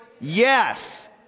Yes